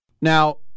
Now